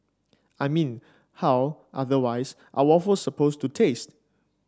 I mean how otherwise are waffle supposed to taste